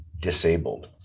Disabled